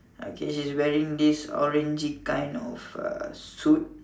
okay she's wearing this orange kind of uh suit